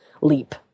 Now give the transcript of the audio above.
leap